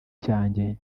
cyanjye